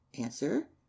answer